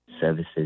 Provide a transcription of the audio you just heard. services